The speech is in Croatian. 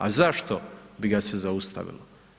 A zašto bi ga se zaustavilo?